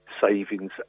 savings